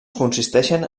consisteixen